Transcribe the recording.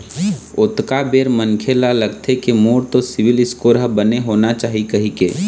ओतका बेर मनखे ल लगथे के मोर तो सिविल स्कोर ह बने होना चाही कहिके